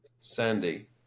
Sandy